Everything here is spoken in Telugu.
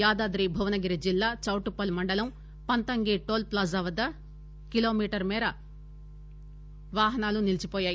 యాదాద్రి భువనగిరి జిల్లా చౌటుప్పల్ మండలం పంతంగి టోల్ ప్లాజా వద్ద కిలోమీటర్ల మేర వాహనాలు నిలిచివోయాయి